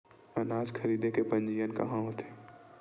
अनाज खरीदे के पंजीयन कहां होथे?